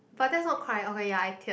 but that's not cry okay ya I teared